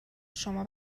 شما